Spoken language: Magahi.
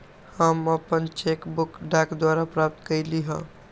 हम अपन चेक बुक डाक द्वारा प्राप्त कईली ह